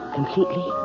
Completely